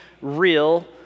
real